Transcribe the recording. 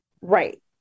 right